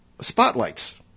spotlights